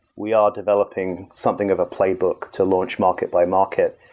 we are developing something of a playbook to launch market-by-market.